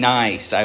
nice